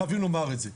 חייבים לומר את זה.